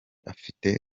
afite